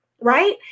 Right